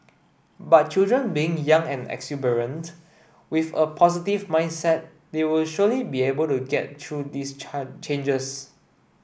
but children being young and exuberant with a positive mindset they will surely be able to get through these changes